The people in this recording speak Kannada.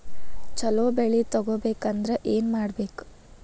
ಛಲೋ ಬೆಳಿ ತೆಗೇಬೇಕ ಅಂದ್ರ ಏನು ಮಾಡ್ಬೇಕ್?